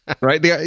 right